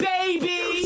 Baby